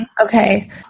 Okay